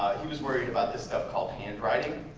he was worried about this stuff called handwriting